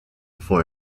for